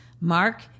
Mark